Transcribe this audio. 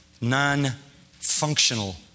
Non-functional